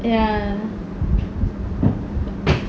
ya